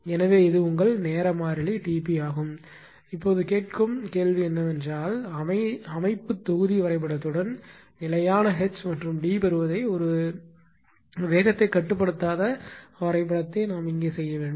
எனவே இது உங்கள் நேர மாறிலி T p ஆகும் அப்போது கேட்கும் பிரச்சனை என்னவென்றால் அமைப்பு தொகுதி வரைபடத்துடன் நிலையான H மற்றும் D பெறுவதை ஒரு வேகத்தைக் கட்டுப்படுத்தாத வரைபடத்தைத் இங்கே செய்யும்